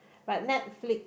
but Netflix